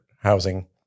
housing